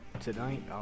tonight